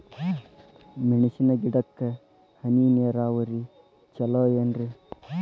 ಮೆಣಸಿನ ಗಿಡಕ್ಕ ಹನಿ ನೇರಾವರಿ ಛಲೋ ಏನ್ರಿ?